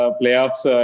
playoffs